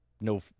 no